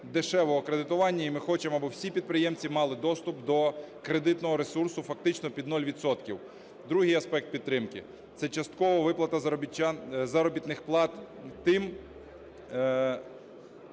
дешевого кредитування. І ми хочемо, аби всі підприємці мали доступ до кредитного ресурсу фактично під нуль відсотків. Другий аспект підтримки – це часткова виплата заробітних плат тим